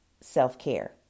self-care